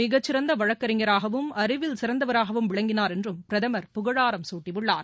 மிகச்சிறந்தவழக்கறிஞராகவும் அறிவில் இவர் சிறந்தவராகவும் விளங்கினார் என்றும் பிரதமர் புகழாரம் சூட்டியுள்ளார்